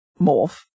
Morph